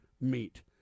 meet